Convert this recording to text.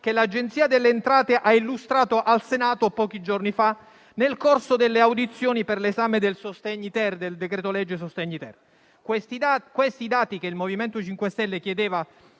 che l'Agenzia delle entrate ha illustrato al Senato pochi giorni fa, nel corso delle audizioni per l'esame del decreto-legge sostegni-*ter*. Questi dati, che il MoVimento 5 Stelle chiedeva